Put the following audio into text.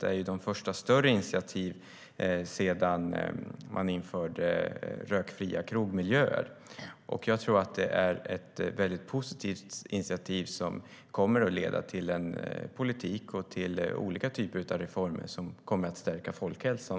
Det är de första större initiativen sedan man införde rökfria krogmiljöer. Jag tror att det är ett väldigt positivt initiativ som kommer att leda till en politik och olika typer av reformer som kommer att stärka folkhälsan.